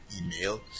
email